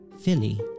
Philly